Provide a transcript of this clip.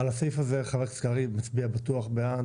על הסעיף הזה חבר הכנסת קריב מצביע בטוח בעד